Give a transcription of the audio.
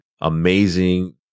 amazing